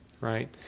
right